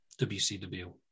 WCW